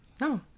No